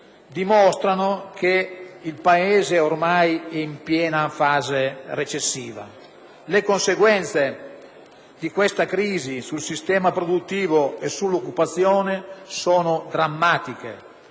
dimostrano che il Paese è ormai in piena fase recessiva. Le conseguenze di questa crisi sul sistema produttivo e sull'occupazione sono drammatiche.